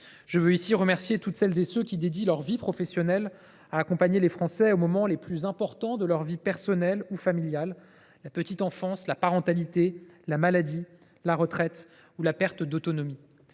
Je veux ici remercier celles et ceux qui dédient leur vie professionnelle à accompagner les Français aux moments les plus importants de leur vie personnelle ou familiale : la petite enfance, la parentalité, la maladie, la retraite ou la perte d’autonomie.